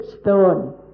stone